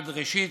ראשית,